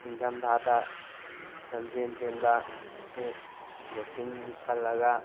ꯅꯤꯡꯊꯝꯊꯥꯗ ꯂꯝꯖꯦꯜ ꯆꯦꯟꯕꯁꯤ ꯖꯣꯛꯀꯤꯡ ꯂꯤꯠꯁꯜꯂꯒ